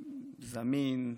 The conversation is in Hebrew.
זמין,